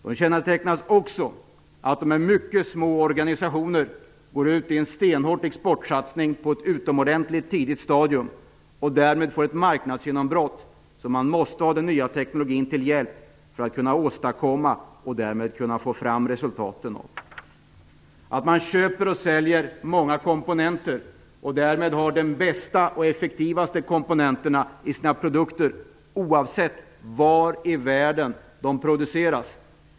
De kännetecknas också av att de är mycket små organisationer som går ut i en stenhård exportsatsning på ett utomordentligt tidigt stadium och därmed får ett marknadsgenombrott som de måste ha den nya teknologin till hjälp för att kunna åstadkomma och därmed kunna få fram resultat av. Ett annat kännetecken är att de köper och säljer många komponenter och därmed har de bästa och effektivaste komponenterna i sina produkter oavsett var i världen de produceras.